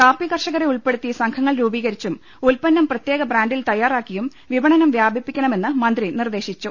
കാപ്പി കർഷകരെ ഉൾപ്പെടുത്തി സംഘങ്ങൾ രൂപീകരിച്ചും ഉത്പന്നം പ്രത്യേക ബ്രാന്റിൽ തയ്യാറാക്കിയും വിപണനം വ്യാപിപ്പിക്കണമെന്ന് മന്ത്രി നിർദ്ദേശിച്ചു